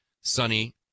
sunny